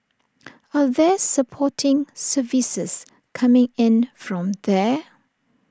are there supporting services coming in from there